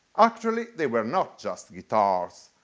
actually they were not just guitars,